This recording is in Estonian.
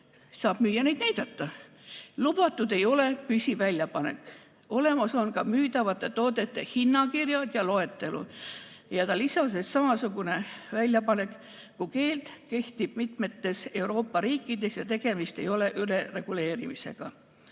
saab müüja neid näidata. Lubatud ei ole püsiväljapanek. Olemas on ka müüdavate toodete hinnakirjad ja loetelu. Ta lisas, et samasugune väljapanekukeeld kehtib mitmetes Euroopa riikides ja tegemist ei ole ülereguleerimisega.